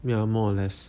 ya more or less